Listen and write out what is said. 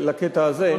לקטע הזה,